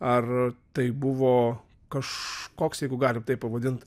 ar tai buvo kažkoks jeigu galim taip pavadint